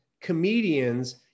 comedians